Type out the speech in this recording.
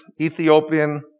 Ethiopian